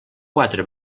quatre